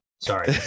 sorry